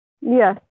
Yes